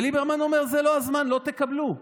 ליברמן אומר: זה לא הזמן, לא תקבלו.